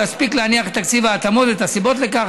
ולהספיק להניח את תקציב ההתאמות ואת הסיבות לכך,